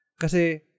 kasi